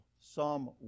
Psalm